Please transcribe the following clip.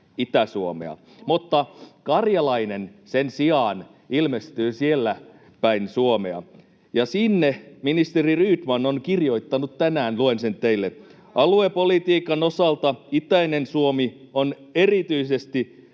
Itä-Suomea. Karjalainen sen sijaan ilmestyy sielläpäin Suomea, ja sinne ministeri Rydman on kirjoittanut tänään — luen sen teille [Pekka Aittakumpu: Lue se